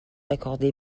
accordée